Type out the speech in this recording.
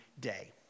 day